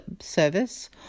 service